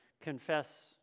confess